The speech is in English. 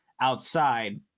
outside